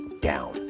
down